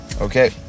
Okay